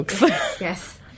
Yes